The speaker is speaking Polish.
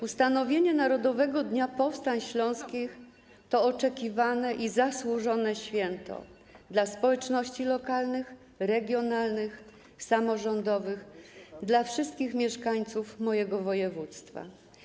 Ustanowienie Narodowego Dnia Powstań Śląskich to oczekiwane i zasłużone święto dla społeczności lokalnych, regionalnych, samorządowych, dla wszystkich mieszkańców mojego województwa.